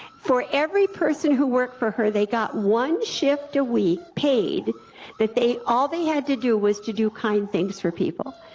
for every person who worked for her, they got one shift a week paid that all they had to do was to do kind things for people,